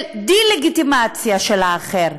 של דה-לגיטימציה של האחר,